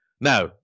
Now